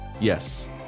Yes